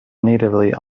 natively